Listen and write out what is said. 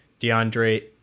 deandre